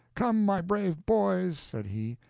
come, my brave boys, said he,